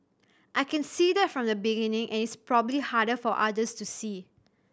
I can see that from the beginning and it's probably harder for others to see